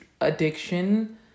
addiction